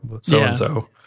so-and-so